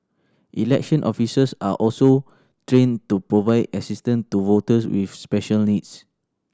election officers are also trained to provide assistance to voters with special needs